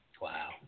Wow